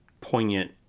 poignant